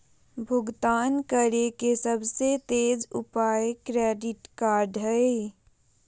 भुगतान करे के सबसे तेज उपाय क्रेडिट कार्ड हइ